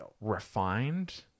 refined